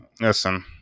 Listen